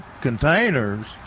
containers